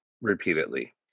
repeatedly